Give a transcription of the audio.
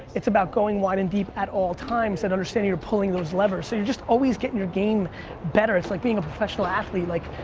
it's about going wide and deep at all times and understanding you're pulling those levers. so you're just always getting your game better. it's like being a professional athlete like